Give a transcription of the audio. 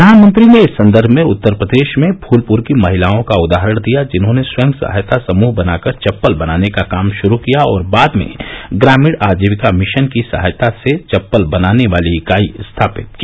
प्रधानमंत्री ने इस संदर्भ में उत्तर प्रदेश में फूलपुर की महिलाओं का उदाहरण दिया जिन्होंने स्वयं सहायता समूह बनाकर चप्पल बनाने का काम शुरू किया और बाद में ग्रामीण आजीविका मिशन की सहायता से चप्पल बनाने वाली इकाई स्थापित की